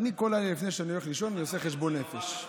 כל לילה לפני שאני הולך לישון אני עושה חשבון נפש.